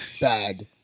bad